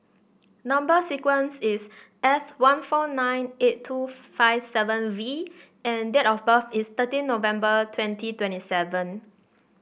number sequence is S one four nine eight two five seven V and date of birth is thirteen November twenty twenty seven